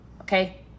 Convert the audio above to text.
okay